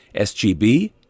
SGB